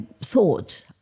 thought